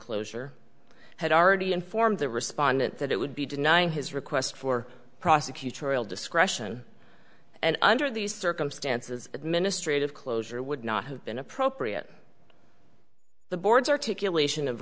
closure i had already informed the respondent that it would be denying his request for prosecutorial discretion and under these circumstances administrative closure would not have been appropriate the board's articulation of